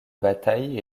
bataille